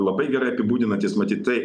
labai gerai apibūdinantis matyt tai